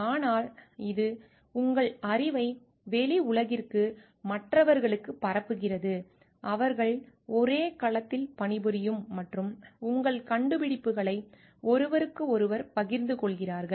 ஆனால் இது உங்கள் அறிவை வெளியுலகிற்கு மற்றவர்களுக்கு பரப்புகிறது அவர்கள் ஒரே களத்தில் பணிபுரியும் மற்றும் உங்கள் கண்டுபிடிப்புகளை ஒருவருக்கொருவர் பகிர்ந்து கொள்கிறார்கள்